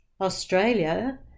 Australia